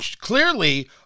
clearly